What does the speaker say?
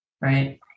Right